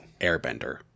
Airbender